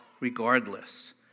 regardless